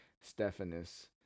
stephanus